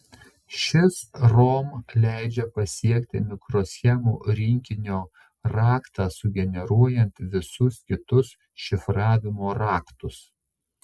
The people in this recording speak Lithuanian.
šis rom leidžia pasiekti mikroschemų rinkinio raktą sugeneruojant visus kitus šifravimo raktus